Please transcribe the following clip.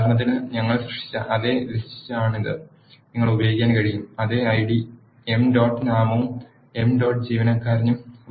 ഉദാഹരണത്തിന് ഞങ്ങൾ സൃഷ്ടിച്ച അതേ ലിസ്റ്റ് യാണിത് നിങ്ങൾക്ക് ഉപയോഗിക്കാൻ കഴിയും അതേ ഐഡി എംപ് ഡോട്ട് നാമവും എംപ് ഡോട്ട് ജീവനക്കാരനും